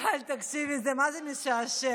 אבל תקשיבי, זה מה-זה משעשע.